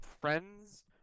friend's